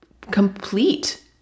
complete